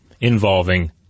involving